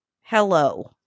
hello